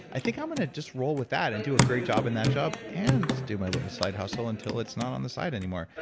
i think i'm going to just roll with that and do a great job in that job, and do my little side hustle until it's not on the side anymore.